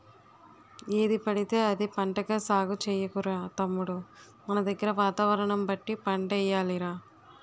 ఏదిపడితే అది పంటగా సాగు చెయ్యకురా తమ్ముడూ మనదగ్గర వాతావరణం బట్టి పంటలెయ్యాలి రా